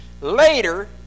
later